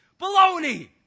Baloney